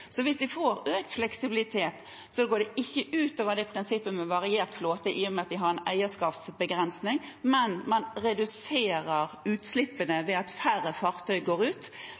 Hvis de får økt fleksibilitet, går det ikke ut over prinsippet med variert flåte i og med at de har en eierskapsbegrensning, men man reduserer utslippene ved at færre fartøy går ut.